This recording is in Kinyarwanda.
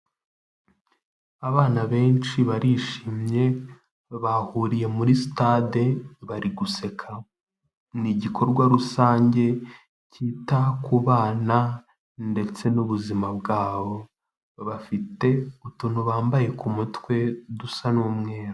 Abana benshi barishimye bahuriye muri sitade bari guseka, ni igikorwa rusange cyita ku bana ndetse n'ubuzima bwabo, bafite utuntu bambaye ku mutwe dusa n'umweru.